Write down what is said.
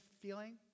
feeling